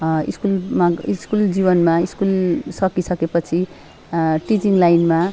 स्कुलमा स्कुल जीवनमा स्कुल सकिसकेपछि टिचिङ लाइनमा